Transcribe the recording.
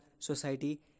society